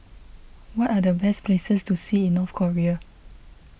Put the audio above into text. what are the best places to see in North Korea